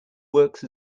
works